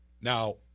Now